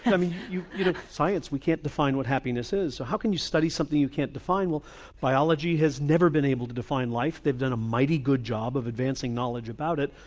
i mean you know science. we can't define what happiness is so how can you study something you can't define? well biology has never been able to define life, they've done a mighty good job of advancing knowledge about it.